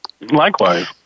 Likewise